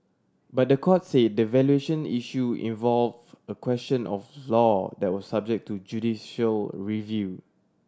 but the court say the valuation issue involve a question of law that was subject to judicial review